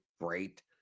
great